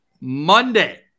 Monday